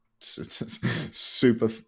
super